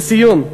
לסיום,